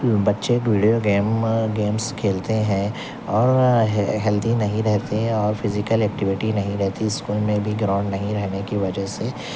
بچے video game games کھیلتے ہیں اور ہیلتھی نہیں رہتے ہیں اور فیزیکل ایکٹیویٹی نہیں رہتی اسكول میں بھی گراؤنڈ نہیں رہنے كی وجہ سے